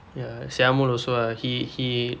ya samuel also ah he he